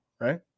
Right